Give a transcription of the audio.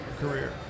career